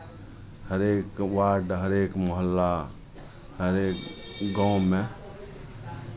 हरेक वार्ड हरेक मोहल्ला हरेक गाँवमे